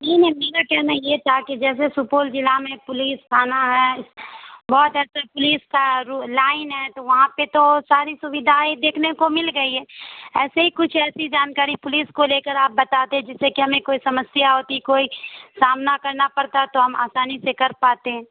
نہیں نہیں میرا کہنا یہ تھا کہ جیسے سپول جلع میں پولیس تھانہ ہے بہت ایسے پولیس کا رو لائن ہے تو وہاں پہ تو ساری سویدھائیں دیکھنے کو مل گئی ہے ایسے ہی کچھ ایسی جانکاری پولیس کو لے کر آپ بتاتے جس سے کہ ہمیں کوئی سمسیا ہوتی کوئی سامنا کرنا پرتا تو ہم آسانی سے کر پاتیں